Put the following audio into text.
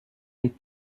les